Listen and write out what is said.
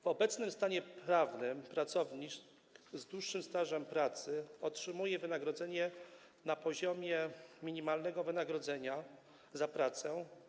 W obecnym stanie prawnym pracownik z dłuższym stażem pracy otrzymuje wynagrodzenie na poziomie minimalnego wynagrodzenia za pracę.